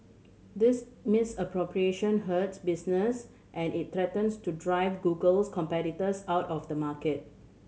this misappropriation hurts business and it threatens to drive Google's competitors out of the market